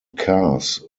cars